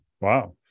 wow